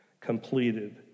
completed